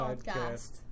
Podcast